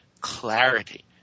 clarity